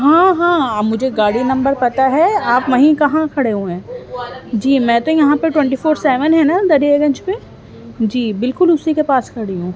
ہاں ہاں مجھے گاڑی نمبر پتا ہے آپ وہیں کہاں کھڑے ہوئے ہیں جی میں تو یہاں پر ٹوئنٹی فور سیون ہیں نا دریا گنج پہ جی بالکل اسی کے پاس کھڑی ہوں